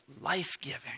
life-giving